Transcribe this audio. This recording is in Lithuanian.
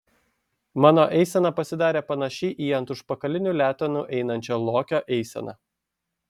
mano eisena pasidarė panaši į ant užpakalinių letenų einančio lokio eiseną